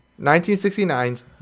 1969